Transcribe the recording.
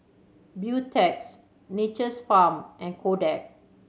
Beautex Nature's Farm and Kodak